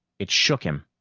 it shook him,